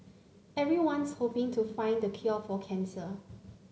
everyone's hoping to find the cure for cancer